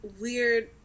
weird